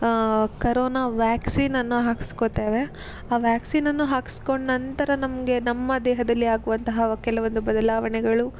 corona ವ್ಯಾಕ್ಸಿನನ್ನು ಹಾಕಿಸ್ಕೊತೇವೆ ಆ ವ್ಯಾಕ್ಸಿನನ್ನು ಹಾಕ್ಸ್ಕೊಂಡು ನಂತರ ನಮಗೆ ನಮ್ಮ ದೇಹದಲ್ಲಿ ಆಗುವಂತಹ ಕೆಲವೊಂದು ಬದಲಾವಣೆಗಳು